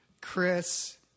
Chris